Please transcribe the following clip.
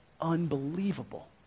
unbelievable